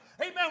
Amen